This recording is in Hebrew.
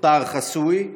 נותר חסוי?